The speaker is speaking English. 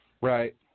Right